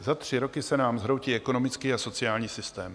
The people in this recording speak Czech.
Za tři roky se nám zhroutí ekonomický a sociální systém.